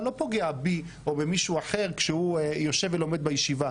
לא פוגע בי או במישהו אחר כשהוא יושב ולומד בישיבה,